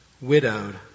widowed